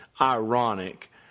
ironic